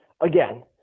again